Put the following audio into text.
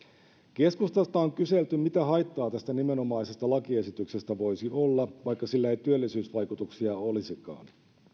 keskustasta on kyselty mitä haittaa tästä nimenomaisesta lakiesityksestä voisi olla vaikka sillä ei työllisyysvaikutuksia olisikaan